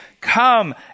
come